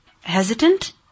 Hesitant